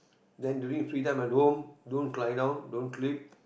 then during your free time at home don't don't lie down don't sleep